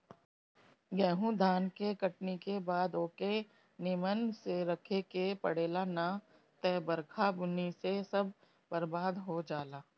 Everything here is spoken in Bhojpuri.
गेंहू धान के कटनी के बाद ओके निमन से रखे के पड़ेला ना त बरखा बुन्नी से सब बरबाद हो जाला